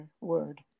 word